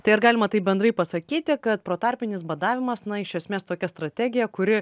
tai ar galima taip bendrai pasakyti kad protarpinis badavimas na iš esmės tokia strategija kuri